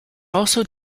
also